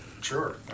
Sure